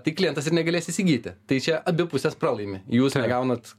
tai klientas ir negalės įsigyti tai čia abi pusės pralaimi jūs negaunat